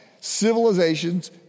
civilization's